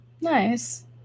Nice